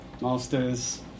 masters